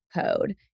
code